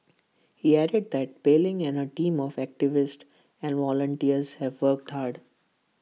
he added that Pei Ling and her team of activists and volunteers have worked hard